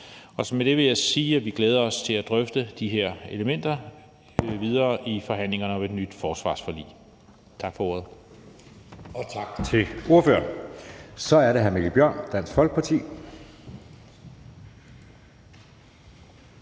om. Med det vil jeg sige, at vi glæder os til at drøfte de her elementer videre i forhandlingerne om et nyt forsvarsforlig. Tak for ordet. Kl. 19:43 Anden næstformand (Jeppe Søe): Tak til ordføreren. Så er det hr. Mikkel Bjørn, Dansk Folkeparti.